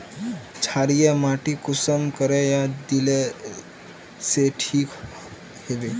क्षारीय माटी कुंसम करे या दिले से ठीक हैबे?